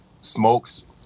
Smokes